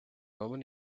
woman